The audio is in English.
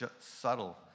subtle